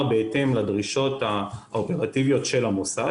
בהתאם לדרישות האופרטיביות של המוסד.